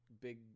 big